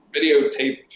videotape